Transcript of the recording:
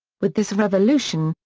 with this revolution,